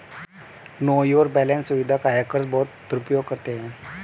no your balance सुविधा का hackers बहुत दुरुपयोग करते हैं